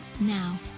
now